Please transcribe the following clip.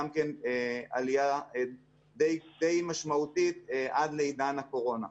גם כן עלייה די משמעותית עד לעידן הקורונה.